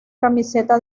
camiseta